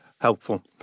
helpful